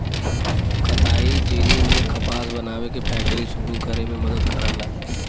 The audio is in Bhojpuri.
कताई जेनी ने कपास बनावे के फैक्ट्री सुरू करे में मदद करला